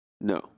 No